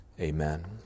Amen